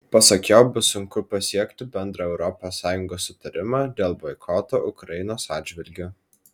pasak jo bus sunku pasiekti bendrą europos sąjungos sutarimą dėl boikoto ukrainos atžvilgiu